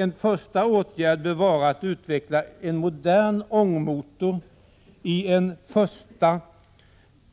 En första åtgärd bör vara att utveckla en modern ångmotor i en första